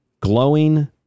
Glowing